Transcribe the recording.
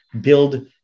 build